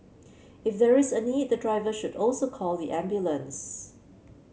if there is a need the driver should also call the ambulance